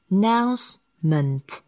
Announcement